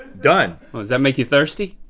done. does that make you thirsty?